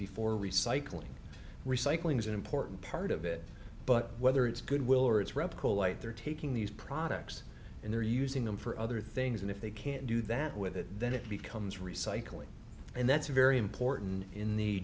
before recycling recycling is an important part of it but whether it's goodwill or it's repco light they're taking these products and they're using them for other things and if they can't do that with it then it becomes recycling and that's very important in the